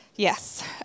Yes